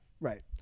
right